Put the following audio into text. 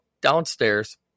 downstairs